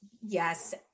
yes